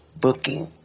booking